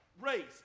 race